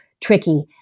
tricky